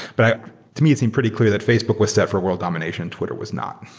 but to me it seemed pretty clear that facebook was set for world domination. twitter was not.